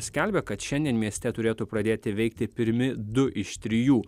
skelbė kad šiandien mieste turėtų pradėti veikti pirmi du iš trijų